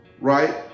right